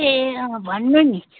ए अँ भन्नु नि